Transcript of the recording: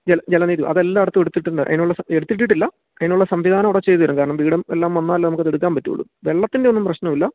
ജലനിധി അത് എല്ലായിടത്തും എടുത്തിട്ടുണ്ട് അതിനുള്ള എടുത്ത് ഇട്ടിട്ടില്ല അതിനുള്ള സംവിധാനം അവിടെ ചെയ്ത് തരും കാരണം വീടും എല്ലാം വന്നാലല്ലേ നമുക്കത് എടുക്കാൻ പറ്റുള്ളൂ വെള്ളത്തിന്റെ ഒന്നും പ്രശ്നം ഇല്ല